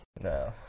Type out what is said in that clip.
No